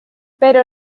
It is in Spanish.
pero